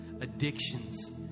addictions